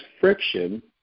friction